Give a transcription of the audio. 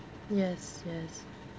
yes yes